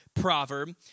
proverb